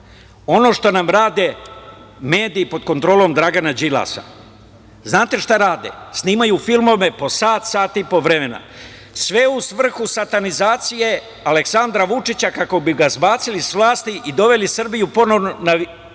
ono što nam rade mediji pod kontrolom Dragana Đilasa. Znate šta rade? Snimaju filmove po sat, sat i po vremena, sve u svrhu satanizacije Aleksandra Vučića, kako bi ga zbacili sa vlasti i doveli Srbiju ponovo na